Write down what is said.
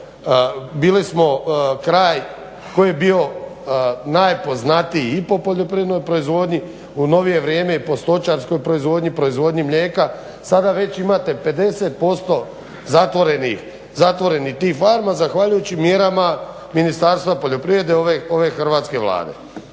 bili smo kraj koji je bio najpoznatiji i po poljoprivrednoj proizvodnji, u novije vrijeme i po stočarskoj proizvodnji, proizvodnji mlijeka. Sada već imate 50% zatvorenih tih farmi zahvaljujući mjerama Ministarstva poljoprivrede ove hrvatske Vlade.